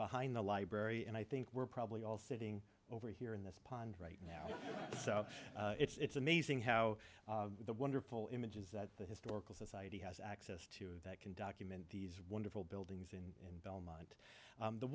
behind the library and i think we're probably all sitting over here in this pond right now so it's amazing how the wonderful images that the historical society has access to that can document these wonderful buildings in belmont